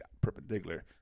perpendicular